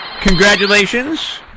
Congratulations